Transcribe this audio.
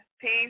peace